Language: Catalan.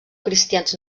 cristians